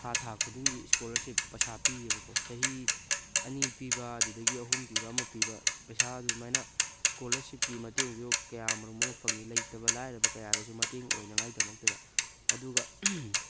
ꯊꯥ ꯊꯥ ꯈꯨꯗꯤꯡꯒꯤ ꯏꯁꯀꯣꯂꯔꯁꯤꯞ ꯄꯩꯁꯥ ꯄꯤꯌꯦꯕꯀꯣ ꯆꯍꯤ ꯑꯅꯤ ꯄꯤꯕ ꯑꯗꯨꯗꯒꯤ ꯑꯍꯨꯝ ꯄꯤꯕ ꯑꯃ ꯄꯤꯕ ꯄꯩꯁꯥ ꯑꯗꯨꯃꯥꯏꯅ ꯏꯁꯀꯣꯂꯔꯁꯤꯞꯀꯤ ꯃꯇꯦꯡꯁꯨ ꯀꯌꯥ ꯃꯔꯨꯝ ꯑꯃ ꯐꯪꯉꯤ ꯂꯩꯇꯕ ꯂꯥꯏꯔꯕ ꯀꯌꯥꯗꯁꯨ ꯃꯇꯦꯡ ꯑꯣꯏꯅꯉꯥꯏꯗꯃꯛꯇꯗ ꯑꯗꯨꯒ